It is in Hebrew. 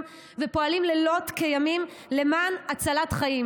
ופועלים לילות כימים למען הצלת חיים.